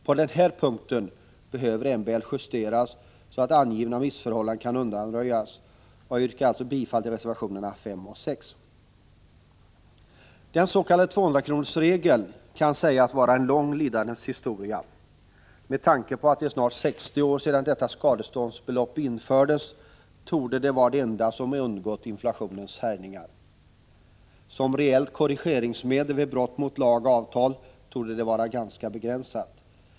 På den här punkten behöver MBL justeras, så att här angivna missförhållanden kan undanröjas. Jag yrkar alltså bifall till reservationerna 5 och 6. Den ss.k. 200-kronorsregeln kan sägas vara en lång lidandets historia. Med tanke på att det snart är 60 år sedan detta skadeståndsbelopp infördes torde det vara det enda som undgått inflationens härjningar. Som reellt korrige 1 ringsmedel vid brott mot lag och avtal torde det vara ganska begränsat.